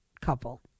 couple